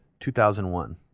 2001